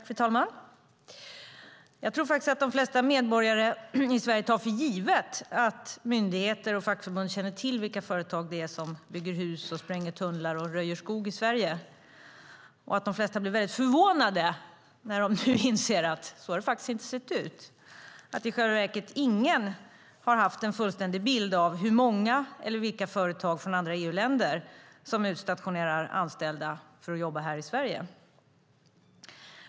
Fru talman! Jag tror att de flesta medborgare i Sverige tar för givet att myndigheter och fackförbund känner till vilka företag som bygger hus, spränger tunnlar och röjer skog i Sverige och att de flesta blir mycket förvånade när de inser att så har det inte sett ut. I själva verket har ingen haft en fullständig bild av hur många eller vilka företag från andra EU-länder som utstationerar anställda för att jobba här i Sverige.